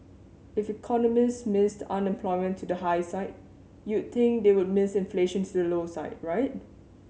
if economists missed unemployment to the high side you'd think they would miss inflation to the low side right